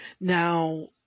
now